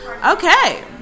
Okay